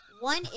one